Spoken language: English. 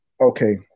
Okay